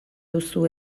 duzu